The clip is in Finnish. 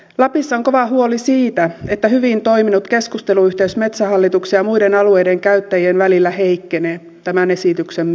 lapissa on kova huoli siitä että hyvin toiminut keskusteluyhteys metsähallituksen ja muiden alueiden käyttäjien välillä heikkenee tämän esityksen myötä